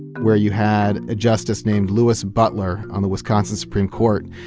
where you had a justice named louis butler on the wisconsin supreme court.